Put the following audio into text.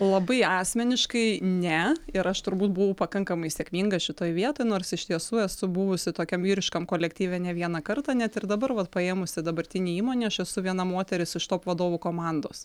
labai asmeniškai ne ir aš turbūt buvau pakankamai sėkminga šitoj vietoj nors iš tiesų esu buvusi tokiam vyriškam kolektyve ne vieną kartą net ir dabar vat paėmusi dabartinėj įmonėj aš esu viena moteris iš top vadovų komandos